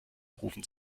rufen